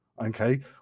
okay